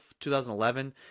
2011